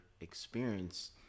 experience